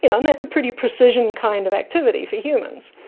you know and that's a pretty precision kind of activity for humans.